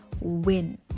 win